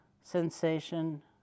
sensation